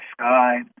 sky